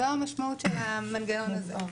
זו המשמעות של המנגנון הזה.